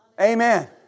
Amen